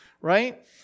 right